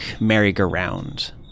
merry-go-round